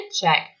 check